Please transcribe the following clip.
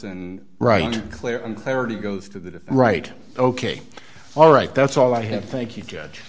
n right clear and clarity goes to the right ok all right that's all i have thank you judge